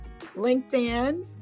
LinkedIn